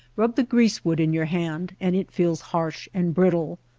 rub the greasewood in your hand and it feels harsh and brittle.